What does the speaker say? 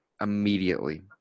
immediately